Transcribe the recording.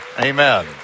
Amen